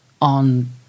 on